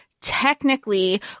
technically